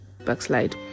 backslide